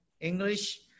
English